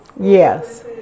Yes